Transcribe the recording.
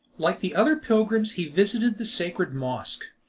like the other pilgrims he visited the sacred mosque,